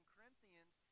Corinthians